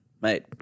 mate